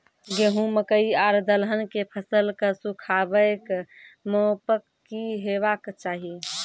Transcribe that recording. गेहूँ, मकई आर दलहन के फसलक सुखाबैक मापक की हेवाक चाही?